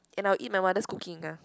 and I'll eat my mother's cooking ah